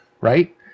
right